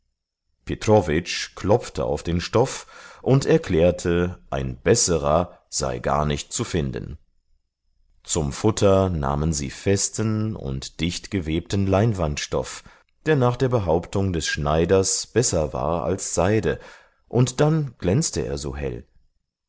petrowitsch klopfte auf den stoff und erklärte ein besserer sei gar nicht zu finden zum futter nahmen sie festen und dicht gewebten leinwandstoff der nach der behauptung des schneiders besser war als seide und dann glänzte er so hell